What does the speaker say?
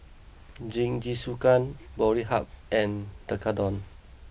Jingisukan Boribap and Tekkadon